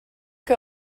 que